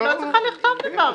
אני לא צריכה לכתוב דבר כזה.